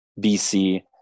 BC